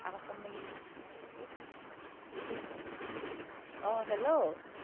অঁ হেল্ল'